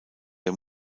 der